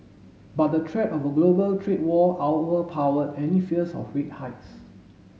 but the threat of a global trade war overpowered any fears of rate hikes